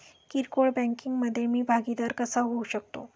किरकोळ बँकिंग मधे मी भागीदार कसा होऊ शकतो?